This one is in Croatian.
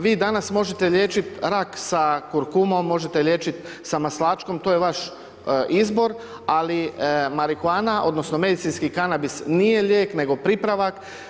Vi danas možete liječiti rak sa kurkumom, možete liječit sa maslačkom, to je vaš izbor, ali marihuana odnosno medicinski kanabis nije lijek, nego pripravak.